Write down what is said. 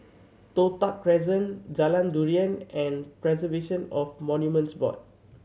Toh Tuck Crescent Jalan Durian and Preservation of Monuments Board